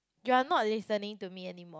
you are not listening to me anymore